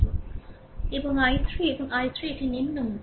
এবং II3 এই I3 এটি নিম্নমুখী